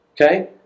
Okay